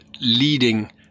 leading